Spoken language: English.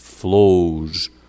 flows